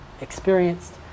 experienced